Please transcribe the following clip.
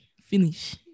finish